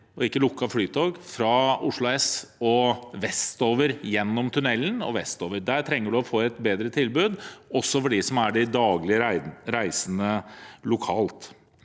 og ikke lukkede flytog fra Oslo S og vestover, gjennom tunnelen og vestover. Der trenger man å få et bedre tilbud, også for dem som er de daglige reisende lokalt